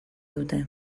dute